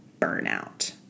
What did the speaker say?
burnout